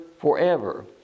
forever